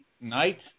night